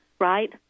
right